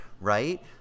right